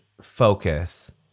focus